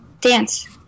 Dance